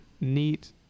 NEAT